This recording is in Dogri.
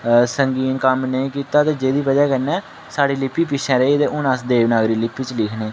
संगीन कम्म नेईं कीता ते जेह्दी बजह् कन्नै साढ़ी लिपि पिच्छें रेही हून अस देवनागरी लिपि च लिखने